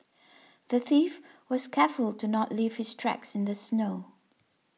the thief was careful to not leave his tracks in the snow